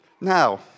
Now